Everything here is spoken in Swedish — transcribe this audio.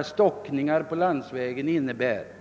upp stockningar i landsvägstrafiken.